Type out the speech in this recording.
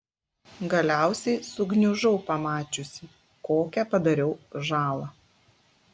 galiausiai sugniužau pamačiusi kokią padariau žalą